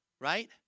Right